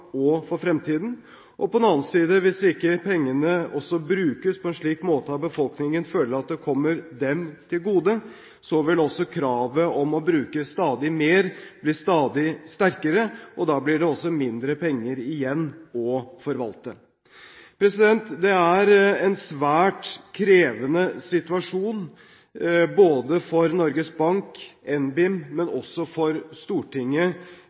og i fremtiden. På den annen side: Hvis ikke pengene også brukes på en slik måte at befolkningen føler at det kommer dem til gode, vil kravet om å bruke stadig mer bli stadig sterkere, og da blir det mindre penger igjen å forvalte. Det er en svært krevende situasjon både for Norges Bank, for NBIM, og for Stortinget,